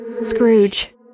Scrooge